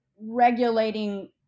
regulating